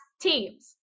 teams